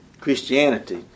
Christianity